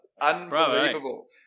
unbelievable